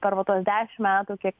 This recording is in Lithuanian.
per va tuos dešimt metų kiek